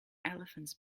elephants